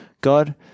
God